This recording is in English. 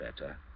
better